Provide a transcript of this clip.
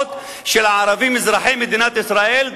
המשפחות של הערבים אזרחי מדינת ישראל לגיהינום,